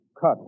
cut